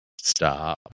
stop